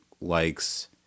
likes